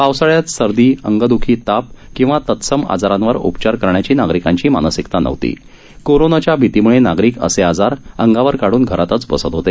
पावसाळ्यात सर्दी अंगदुखी ताप किंवा तत्सम आजारांवर उपचार करण्याची नागरिकांची मानसिकता नव्हती कोरोनाच्या भीतीम्ळे नागरिक असे आजार अंगावर काढून घरातच बसत होते